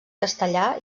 castellà